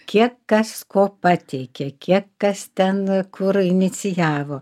kiek kas ko pateikė kiek kas ten kur inicijavo